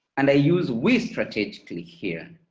and i use we strategically here.